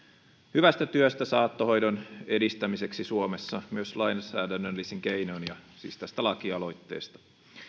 hyvästä työstä saattohoidon edistämiseksi suomessa myös lainsäädännöllisin keinoin ja siis tästä lakialoitteesta